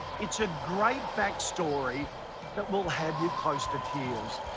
it's a great back story that will have you close to tears.